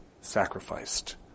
sacrificed